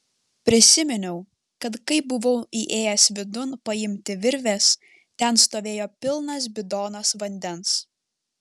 prisiminiau kad kai buvau įėjęs vidun paimti virvės ten stovėjo pilnas bidonas vandens